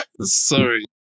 Sorry